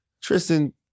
Tristan